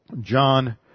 John